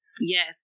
yes